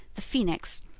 the phoenix,